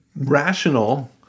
rational